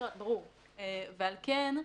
ועל כן,